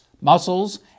muscles